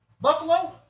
Buffalo